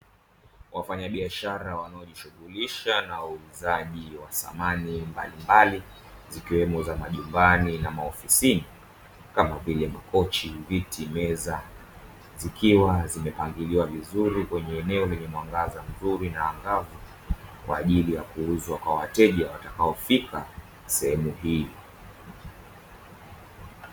Wafanyabiashara wanaojishughulisha na uuzaji wa samani mbalimbali zikiwemo za majumbani na maofisini, kama vile: makochi, viti, meza zikiwa zimepangiliwa vizuri kwenye eneo lenye mwangaza mzuri na angavu kwa ajili ya kuuzwa kwa wateja watakaofika sehemu hii.